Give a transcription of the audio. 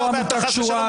לא עמותה קשורה.